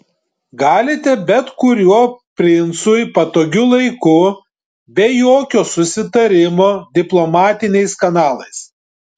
galite bet kuriuo princui patogiu laiku be jokio susitarimo diplomatiniais kanalais